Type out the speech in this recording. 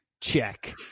Check